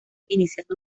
iniciando